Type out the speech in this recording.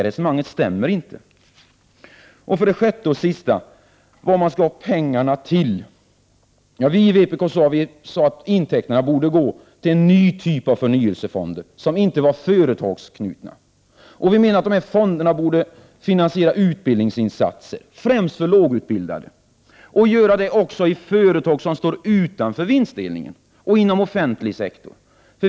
Resonemanget stämmer inte. Slutligen, för det sjätte. Vad skall man använda pengarna till? Vi i vpk föreslår att intäkterna borde brukas för att bygga upp en ny typ av förnyelsefonder som inte är företagsanknutna. Vi menar att dessa fonder borde finansiera utbildningsinsatser, främst för lågutbildade. Det skall de göra även i företag som står utanför vinstdelningen och inom den offentliga sektorn.